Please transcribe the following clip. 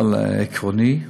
עקרונית,